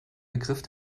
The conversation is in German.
begriff